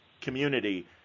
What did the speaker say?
community